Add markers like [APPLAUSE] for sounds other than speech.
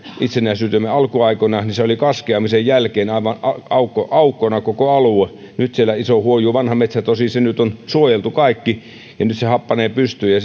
itsenäisyytemme alkuaikoina niin se oli kaskeamisen jälkeen aivan aukkona koko alue nyt siellä huojuu iso vanha metsä tosin se kaikki on nyt suojeltu ja nyt se happanee pystyyn ja [UNINTELLIGIBLE]